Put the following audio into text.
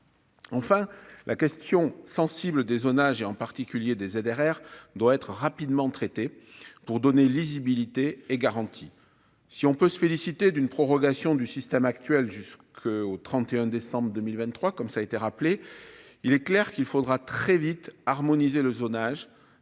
Enfin, la question sensible des zonages, et en particulier des ZRR doit être rapidement traitées pour donner lisibilité et garantie si on peut se féliciter d'une prorogation du système actuel jusqu'au 31 décembre 2023, comme ça a été rappelé, il est clair qu'il faudra très vite harmoniser le zonage